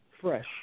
fresh